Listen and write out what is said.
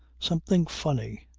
something funny!